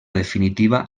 definitiva